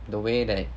the way that